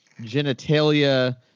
genitalia